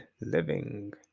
living